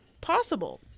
Possible